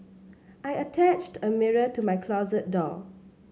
I attached a mirror to my closet door